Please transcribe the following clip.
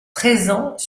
présents